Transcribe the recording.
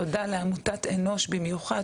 תודה לעמותת "אנוש" במיוחד,